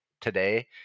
today